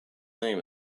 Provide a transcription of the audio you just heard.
name